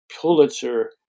Pulitzer